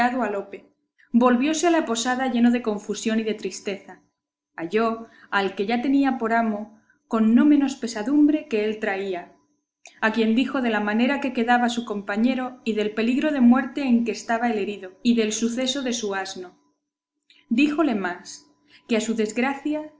lope volvióse a la posada lleno de confusión y de tristeza halló al que ya tenía por amo con no menos pesadumbre que él traía a quien dijo de la manera que quedaba su compañero y del peligro de muerte en que estaba el herido y del suceso de su asno díjole más que a su desgracia